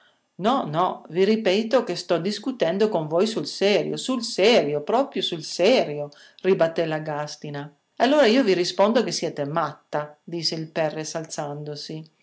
no no vi ripeto che sto discutendo con voi sul serio sul serio proprio sul serio ribatté la gàstina e allora io vi rispondo che siete matta disse il perres alzandosi